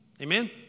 Amen